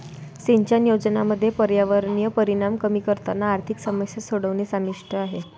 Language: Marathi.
सिंचन योजनांमध्ये पर्यावरणीय परिणाम कमी करताना आर्थिक समस्या सोडवणे समाविष्ट आहे